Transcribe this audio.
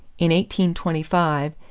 in one twenty five,